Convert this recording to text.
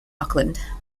auckland